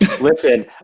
Listen